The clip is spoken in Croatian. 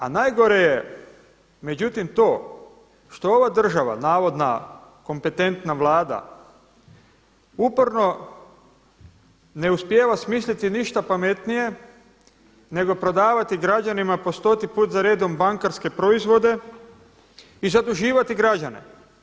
A najgore je međutim to što ova država, navodna kompetentna Vlada uporno ne uspijeva smisliti ništa pametnije nego prodavati građanima po 100 put za redom bankarske proizvode i zaduživati građane.